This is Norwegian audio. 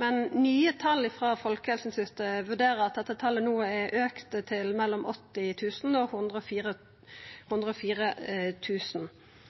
men nye tal frå Folkehelseinstituttet vurderer at dette talet no er auka til mellom 80 000 og 104